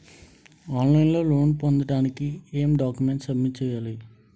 On line లో loan పొందటానికి ఎం డాక్యుమెంట్స్ సబ్మిట్ చేయాలి?